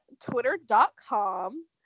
twitter.com